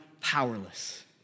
powerless